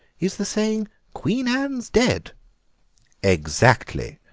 is the saying queen anne's dead exactly,